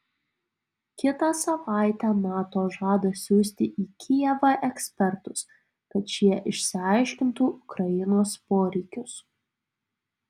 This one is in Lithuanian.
kitą savaitę nato žada siųsti į kijevą ekspertus kad šie išsiaiškintų ukrainos poreikius